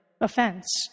offense